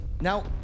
Now